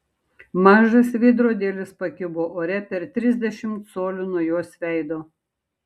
mažas veidrodėlis pakibo ore per trisdešimt colių nuo jos veido